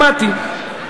שמעתי.